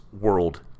World